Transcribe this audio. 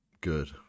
good